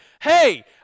hey